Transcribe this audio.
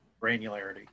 granularity